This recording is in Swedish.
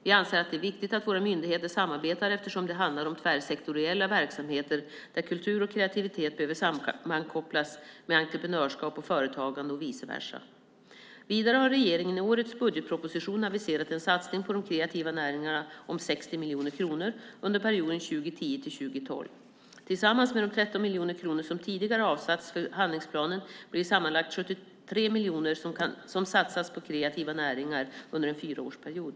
Vi anser att det är viktigt att våra myndigheter samarbetar, eftersom det handlar om tvärsektoriella verksamheter där kultur och kreativitet behöver sammankopplas med entreprenörskap och företagande och vice versa. Vidare har regeringen i årets budgetproposition aviserat en satsning på de kreativa näringarna om 60 miljoner kronor under perioden 2010-2012. Tillsammans med de 13 miljoner kronor som tidigare avsatts för handlingsplanen blir det sammanlagt 73 miljoner som satsas på kreativa näringar under en fyraårsperiod.